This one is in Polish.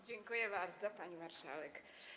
Dziękuję bardzo, pani marszałek.